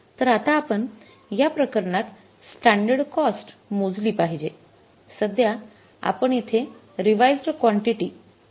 तर आता आपण या प्रकरणात स्टॅंडर्ड कॉस्ट मोजली आहे